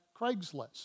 Craigslist